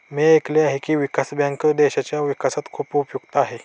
मी ऐकले आहे की, विकास बँक देशाच्या विकासात खूप उपयुक्त आहे